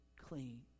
clean